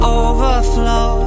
overflow